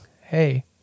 hey